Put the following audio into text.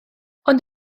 ond